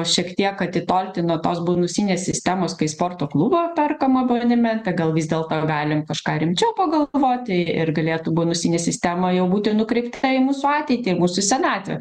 šiek tiek atitolti nuo tos bonusinės sistemos kai sporto klubo perkam abonementą gal vis dėlto galim kažką rimčiau pagalvoti ir galėtų bonusinė sistema jau būti nukreipti į mūsų ateitį su senatve